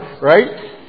right